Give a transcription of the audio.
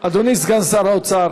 אדוני סגן שר האוצר.